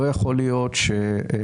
לא יכול להיות שאנשים,